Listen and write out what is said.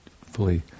fully